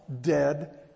dead